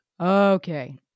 okay